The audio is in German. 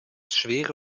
schwere